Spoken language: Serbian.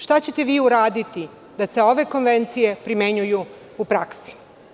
Šta ćete vi uraditi da se ove konvencije primenjuju u praksi?